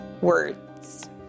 words